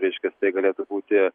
reiškias tai galėtų būti